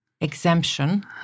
exemption